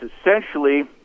essentially